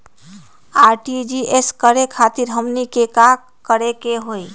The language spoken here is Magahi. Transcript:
आर.टी.जी.एस करे खातीर हमनी के का करे के हो ई?